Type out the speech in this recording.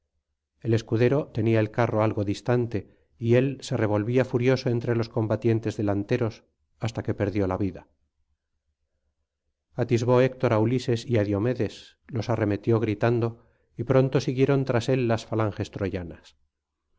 el escudero tenía el carro algo distante y él se revolvía furioso entre los combatientes delanteros hasta que perdió la vida atisbo héctor á ulises y á diomedes los arremetió gritando y pronto siguieron tras él las falanges troyanas